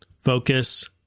Focus